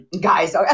guys